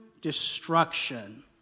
destruction